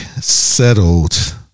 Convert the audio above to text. settled